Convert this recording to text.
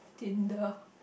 Tinder